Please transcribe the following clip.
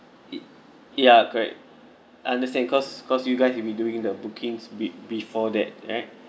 y~ ya correct understand cause cause you guys will be doing the bookings be~ before that right